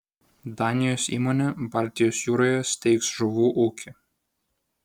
danijos įmonė baltijos jūroje steigs žuvų ūkį